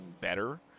better